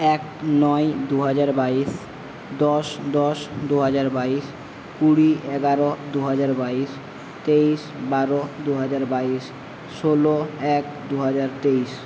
এক নয় দু হাজার বাইশ দশ দশ দু হাজার বাইশ কুড়ি এগারো দু হাজার বাইশ তেইশ বারো দু হাজার বাইশ ষোলো এক দু হাজার তেইশ